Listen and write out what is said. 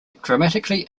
grammatically